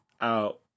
out